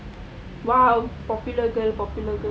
!wow! popular girl popular girl